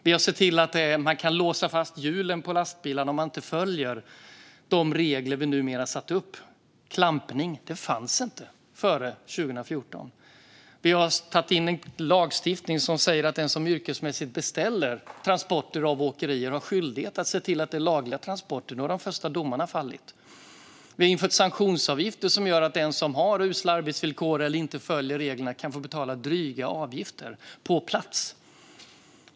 Vi har sett till att det går att låsa fast hjulen på lastbilarna om man inte följer uppsatta regler. Klampning fanns inte före 2014. Vi har skapat en lagstiftning som säger att den som yrkesmässigt beställer transporter av åkerier har en skyldighet att se till att det är fråga om lagliga transporter. Nu har de första domarna fallit. Vi har infört sanktionsavgifter som gör att den som har usla arbetsvillkor eller inte följer reglerna kan få betala dryga avgifter - på plats.